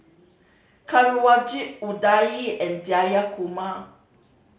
Kanwaljit Udai and Jayakumar